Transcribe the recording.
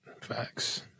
Facts